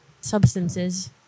substances